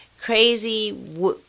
crazy